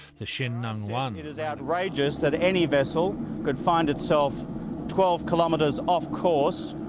the sheng neng one. it is outrageous that any vessel could find itself twelve kilometres off course,